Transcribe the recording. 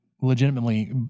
Legitimately